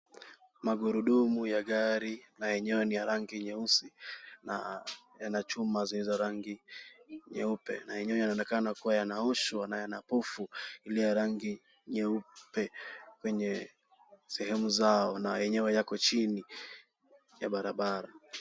Magurudumu ya gari yenyewe ni ya rangi nyeusi na yana chuma zilizo rangi nyeupe na yenyewe yanaonekana yanaoshwa yana povu ya rangi jeupe kwenye sehemu zao na yenyewe yako chini ya barabara.